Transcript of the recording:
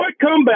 comeback